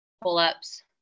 pull-ups